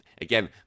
again